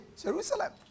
Jerusalem